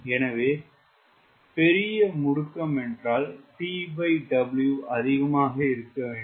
எனவே பெரிய முடுக்கம் என்றால் TW அதிகமாக இருக்க வேண்டும்